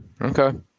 okay